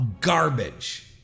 garbage